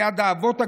ליד האבות הקדושים,